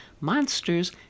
monsters